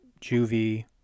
juvie